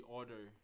order